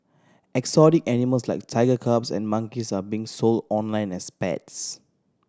exotic animals like tiger cubs and monkeys are being sold online as pets